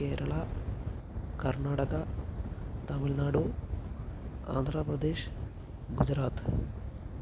Kerala Karnataka Tamil Nadu Andhra Pradesh Gujarat